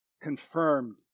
confirmed